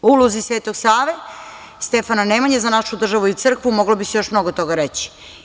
O ulozi Svetog Save, Stefana Nemanje za našu državu i crkvu moglo bi se još mnogo toga reći.